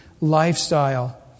lifestyle